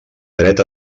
dret